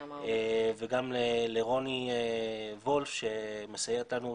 וגם לרוני וולף שמסייעת לנו,